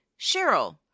Cheryl